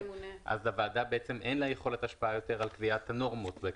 אז לוועדה אין יותר יכולת השפעה על קביעת הנורמות.